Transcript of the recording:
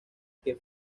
que